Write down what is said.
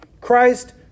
Christ